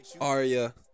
Aria